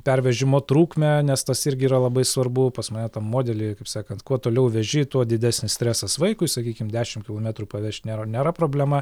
pervežimo trukmę nes tas irgi yra labai svarbu pas mane tam modely kaip sakant kuo toliau veži tuo didesnis stresas vaikui sakykim dešim kilometrų pavežt nėra nėra problema